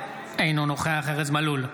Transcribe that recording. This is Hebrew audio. אינו נוכח ארז מלול,